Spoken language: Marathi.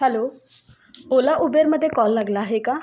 हॅलो ओला उबेरमध्ये कॉल लागला आहे का